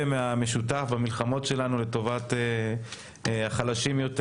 מהמשותף במלחמות שלנו לטובת החלשים יותר.